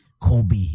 Kobe